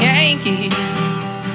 Yankees